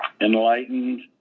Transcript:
enlightened